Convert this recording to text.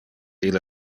ille